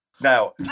Now